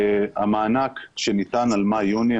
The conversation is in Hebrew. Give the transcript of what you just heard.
המענק שניתן על מאי יוני,